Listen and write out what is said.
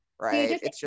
right